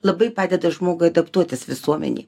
labai padeda žmogui adaptuotis visuomenėj